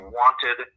wanted